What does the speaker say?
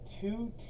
two